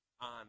on